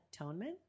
Atonement